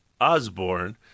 Osborne